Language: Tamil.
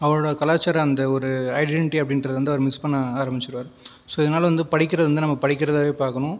அவருடைய கலாச்சார அந்த ஒரு ஐடினிட்டி அப்படின்றதை வந்து அவர் மிஸ் பண்ண ஆரமிச்சுடுவார் ஸோ இதனால் வந்து படிக்குறது வந்து நம்ம படிக்கிறதாகவே பார்க்கணும்